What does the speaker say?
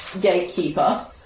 Gatekeeper